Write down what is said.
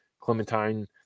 clementine